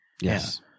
yes